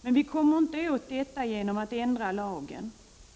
Detta kommer vi dock inte åt genom att ändra lagen,